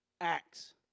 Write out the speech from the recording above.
Acts